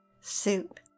soup